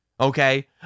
Okay